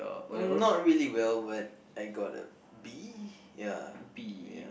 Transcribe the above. um not really well but I got a B ya ya